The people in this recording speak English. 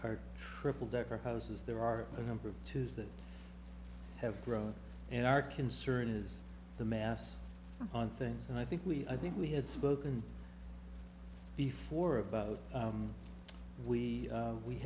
per triple decker houses there are a number of two that have grown in our concern is the mass on things and i think we i think we had spoken before about we we